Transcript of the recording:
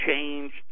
changed